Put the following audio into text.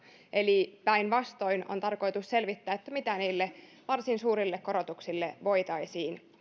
eli päinvastoin on tarkoitus selvittää mitä niille varsin suurille korotuksille voitaisiin